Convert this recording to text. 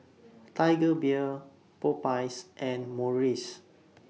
Tiger Beer Popeyes and Morries